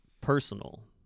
Personal